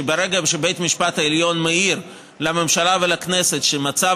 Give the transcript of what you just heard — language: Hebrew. שברגע שבית המשפט העליון מעיר לממשלה ולכנסת שהמצב